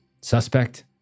suspect